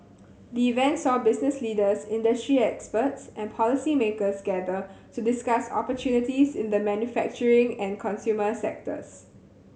the event saw business leaders industry experts and policymakers gather to discuss opportunities in the manufacturing and consumer sectors